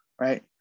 right